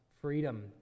freedom